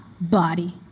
body